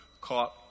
caught